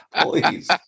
Please